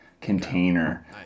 container